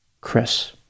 Chris